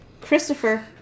Christopher